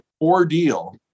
ordeal